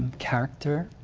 character,